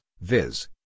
viz